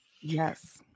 Yes